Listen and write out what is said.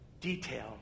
detail